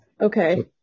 Okay